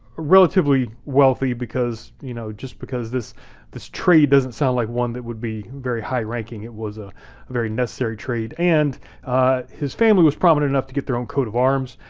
relatively wealthy just because you know just because this this trade doesn't sound like one that would be very high-ranking. it was a very necessary trade and his family was provident enough to get their own coat of arms,